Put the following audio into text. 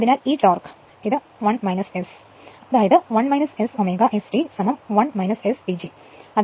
അതിനാൽ ഈ torque 1 S അതായത് 1 S ω S T 1 S PG